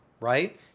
right